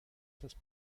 cesse